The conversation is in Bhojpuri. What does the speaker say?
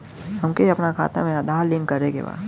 हमके अपना खाता में आधार लिंक करें के बा?